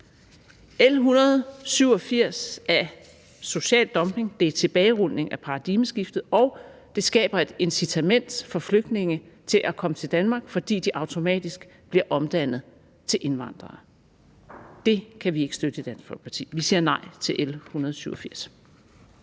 L 187 er social dumping, det er en tilbagerulning af paradigmeskiftet, og det skaber et incitament for flygtninge til at komme til Danmark, fordi de automatisk bliver omdannet til indvandrere. Det kan vi ikke støtte i Dansk Folkeparti, så vi siger nej til L 187.